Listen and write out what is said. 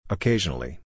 Occasionally